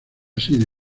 sido